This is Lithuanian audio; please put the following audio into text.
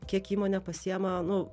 kiek įmonė pasiema nu